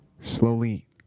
slowly